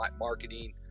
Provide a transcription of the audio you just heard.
marketing